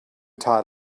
taught